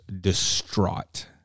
distraught